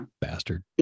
Bastard